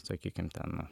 sakykim ten